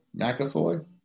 McAvoy